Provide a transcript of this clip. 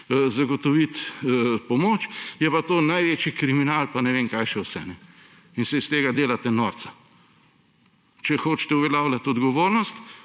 zagotoviti pomoč, je pa to največji kriminal in ne vem kaj še vse in se iz tega delate norca. Če hočete uveljavljati odgovornost